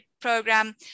program